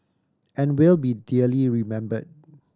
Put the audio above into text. and will be dearly remembered